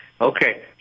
Okay